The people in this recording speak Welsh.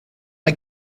mae